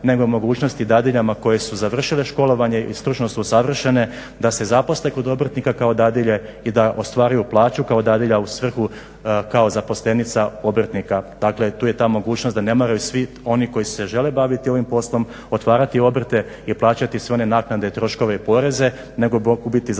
nego i mogućnosti dadiljama koje su završile školovanje i stručno su usavršene da se zaposle kod obrtnika kao dadilje i da ostvaruju plaću kao dadilja u svrhu kao zaposlenica obrtnika. Dakle, tu je ta mogućnost da ne moraju svi oni koji se žele baviti ovim poslom otvarati obrte i plaćati sve one naknade i troškove i poreze nego mogu biti zaposlene